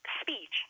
speech